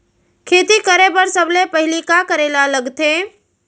खेती करे बर सबले पहिली का करे ला लगथे?